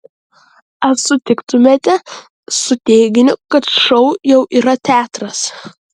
ar sutiktumėte su teiginiu kad šou jau yra teatras